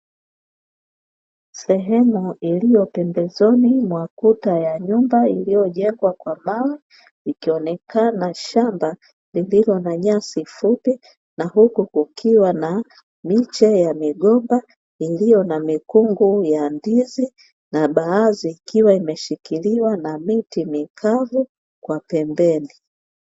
Sehemu iliyo pembezoni mwa kuta ya nyumba, iliyojengwa kwa mawe ikionekana shamba lililo na nyasi fupi, na huku kukiwa na miche ya migomba, iliyo na mikungu ya ndizi na baadhi ikiwa imeshikiliwa na miti mikavu kwa pembeni.